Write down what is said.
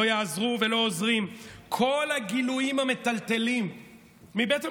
לא יעזרו ולא עוזרים כל הגינויים המטלטלים מבית המשפט.